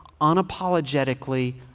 unapologetically